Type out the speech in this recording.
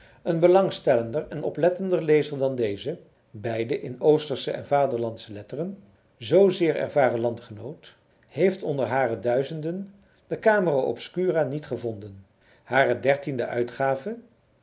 een belangstellender en oplettender lezer dan dezen beide in oostersche en vaderlandsche letteren zoo zeer ervaren landgenoot heeft onder hare duizenden de camera obscura niet gevonden hare dertiende uitgave